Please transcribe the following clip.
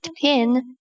pin